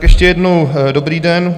Ještě jednou, dobrý den.